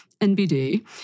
NBD